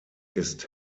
ist